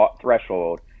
threshold